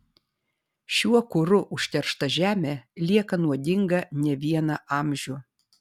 šiuo kuru užteršta žemė lieka nuodinga ne vieną amžių